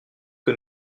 que